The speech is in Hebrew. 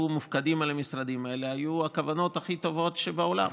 מופקדים על המשרדים האלה היו את הכוונות הכי טובות שבעולם.